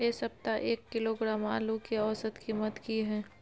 ऐ सप्ताह एक किलोग्राम आलू के औसत कीमत कि हय?